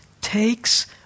takes